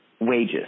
wages